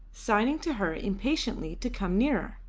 signing to her impatiently to come nearer.